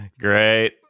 Great